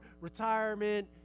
retirement